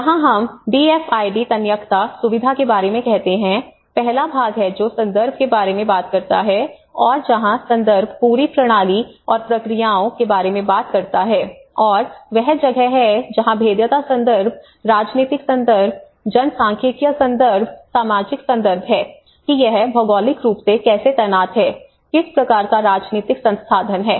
यहां हम D F I D तन्यकता सुविधा के बारे में कहते हैं पहला भाग है जो संदर्भ के बारे में बात करता है और जहां संदर्भ पूरी प्रणाली और प्रक्रियाओं के बारे में बात करता है और वह जगह है जहां भेद्यता संदर्भ राजनीतिक संदर्भ जनसांख्यिकीय संदर्भ सामाजिक संदर्भ है कि यह भौगोलिक रूप से कैसे तैनात है किस प्रकार का राजनीतिक संस्थान है